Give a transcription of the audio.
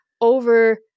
over